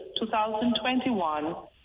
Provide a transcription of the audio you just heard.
2021